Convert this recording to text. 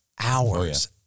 hours